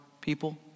People